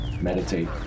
meditate